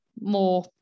more